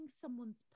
someone's